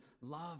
love